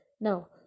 Now